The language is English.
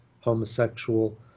homosexual